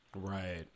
Right